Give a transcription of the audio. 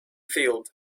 field